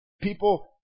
people